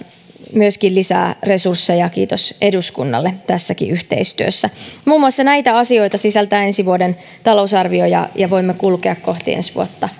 lisää resursseja kiitos eduskunnalle tässäkin yhteistyöstä muun muassa näitä asioita sisältää ensi vuoden talousarvio ja ja voimme kulkea kohti ensi vuotta